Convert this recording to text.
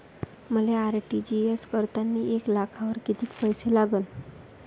मले आर.टी.जी.एस करतांनी एक लाखावर कितीक पैसे लागन?